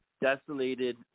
desolated